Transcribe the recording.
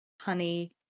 honey